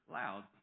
loud